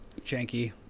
Janky